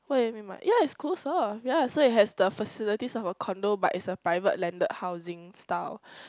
what you mean by yeah it's close off yeah so it has the facilities of a condo but it's a private landed housing style